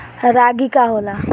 रागी का होला?